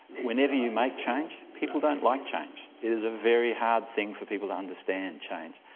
whenever you make change, people don't like change. it is a very hard thing for people to understand, change,